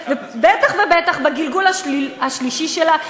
ובטח ובטח בגלגול השלישי שלה.